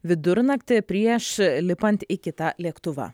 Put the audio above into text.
vidurnaktį prieš lipant į kitą lėktuvą